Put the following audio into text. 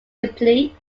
deeply